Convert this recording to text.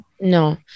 No